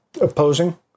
opposing